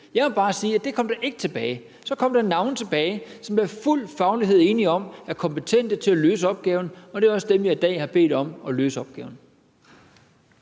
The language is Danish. Jeg vil bare sige, at det ikke kom. Så kom der nogle navne på nogle, som der fagligt er fuld enighed om er kompetente til at løse opgaven, og det er også dem, jeg i dag har bedt om at løse opgaven.